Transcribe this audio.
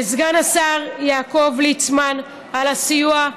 לסגן השר יעקב ליצמן על הסיוע,